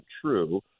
true